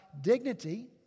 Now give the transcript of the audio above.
dignity